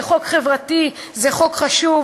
זה חוק חברתי, זה חוק חשוב.